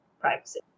privacy